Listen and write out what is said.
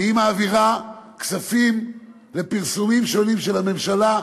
והיא מעבירה כספים לפרסומים שונים של הממשלה,